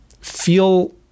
feel